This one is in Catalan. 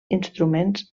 instruments